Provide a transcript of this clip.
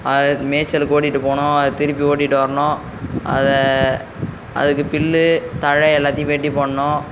அதை மேய்ச்சலுக்கு கூட்டிகிட்டு போகணும் அதை திருப்பி ஓட்டிகிட்டு வரணும் அதை அதுக்கு புல்லு தழை எல்லாதையும் வெட்டி போடணும்